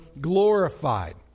glorified